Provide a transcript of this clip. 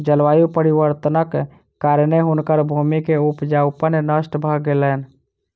जलवायु परिवर्तनक कारणेँ हुनकर भूमि के उपजाऊपन नष्ट भ गेलैन